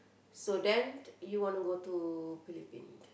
so then you want to go to Philippines